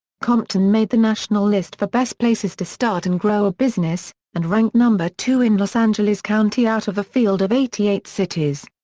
compton made the national list for best places to start and grow a business, and ranked two in los angeles county out of a field of eighty eight cities.